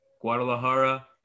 Guadalajara